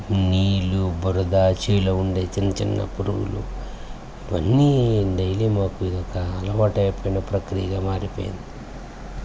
నీళ్ళు బురద చేలల్లో ఉండే ఉన్న చిన్న చిన్న పురుగులు ఇవన్నీ డైలీ మాకు ఇది ఒక్క అలవాటైపోయిన ప్రక్రియగా మారిపోయింది